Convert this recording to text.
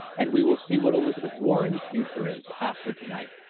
and we will see what elizabeth warren's future is after tonight,